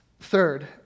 Third